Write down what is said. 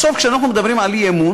בסוף, כשאנחנו מדברים על אי-אמון,